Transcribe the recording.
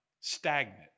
stagnant